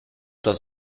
das